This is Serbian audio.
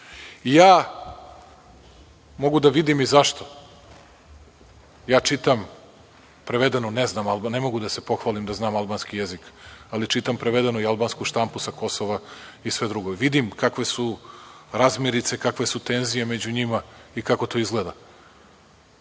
Mogu da vidim i zašto. Čitam prevedeno, ne mogu da se pohvalim da znam albanski jezik, ali čitam prevedenu i albansku štampu sa Kosova i sve drugo, vidim kakve su razmirice, kakve su tenzije među njima i kako to izgleda,